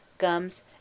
gums